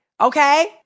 Okay